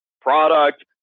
product